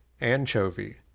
anchovy